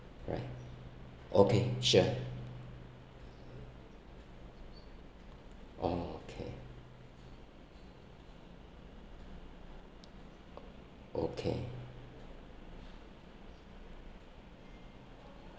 right okay sure okay okay